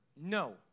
No